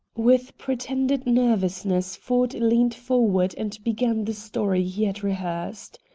with pretended nervousness ford leaned forward and began the story he had rehearsed.